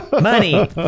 Money